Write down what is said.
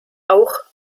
auch